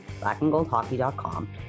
blackandgoldhockey.com